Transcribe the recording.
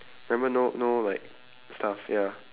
remember no no like stuff ya